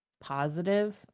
positive